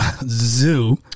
zoo